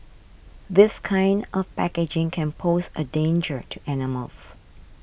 this kind of packaging can pose a danger to animals